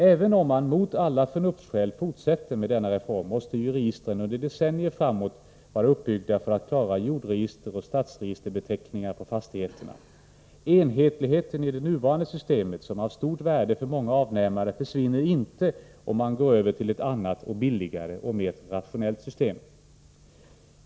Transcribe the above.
Även om man mot alla förnuftsskäl fortsätter med denna reform måste ju registren under decennier framåt vara uppbyggda för att klara jordregisteroch stadsregisterbeteckningar på fastigheterna. Enhetligheten i det nuvarande systemet, som är av stort värde för många avnämare, försvinner inte, om man går över till ett annat, billigare och mera rationellt system.